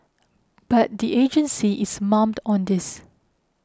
but the agency is mum on this